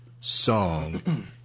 song